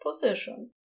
position